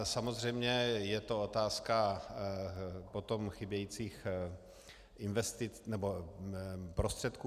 Samozřejmě je to otázka potom chybějících investic nebo finančních prostředků.